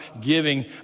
giving